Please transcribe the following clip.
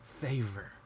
favor